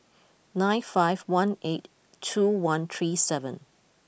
nine five one eight two one three seven